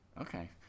Okay